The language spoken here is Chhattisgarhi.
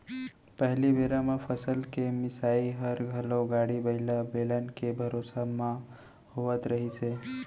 पहिली बेरा म फसल के मिंसाई हर घलौ गाड़ी बइला, बेलन के भरोसा म होवत रहिस हे